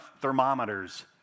thermometers